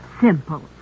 simple